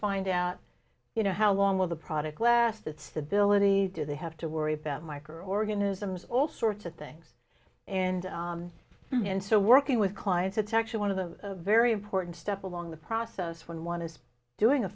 find out you know how long will the product last its stability do they have to worry about microorganisms all sorts of things and in so working with clients it's actually one of the a very important step along the process when one is doing a